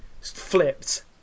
flipped